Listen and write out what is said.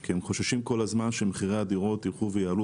כי הם חוששים כל הזמן שמחירי הדירות ילכו ויעלו.